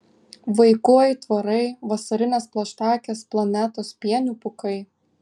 vaikų aitvarai vasarinės plaštakės planetos pienių pūkai